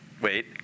wait